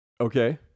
Okay